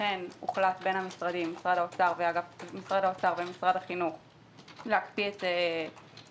לכן הוחלט בין משרד האוצר ומשרד החינוך להקפיא את תוכנית